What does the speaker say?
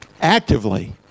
actively